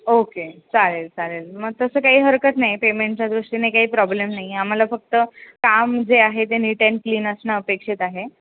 okay चालेल चालेल मग तसं काही हरकत नाही पेमेंटच्या दृष्टीने काही प्रॉब्लेम नाही आम्हाला फक्त काम जे आहे ते नीट अँड क्लीन असणं अपेक्षित आहे